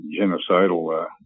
genocidal